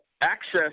Access